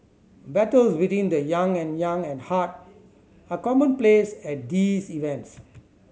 battles between the young and young at heart are commonplace at these events